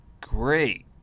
great